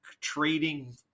trading